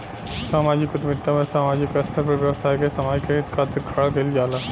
सामाजिक उद्यमिता में सामाजिक स्तर पर व्यवसाय के समाज के हित खातिर खड़ा कईल जाला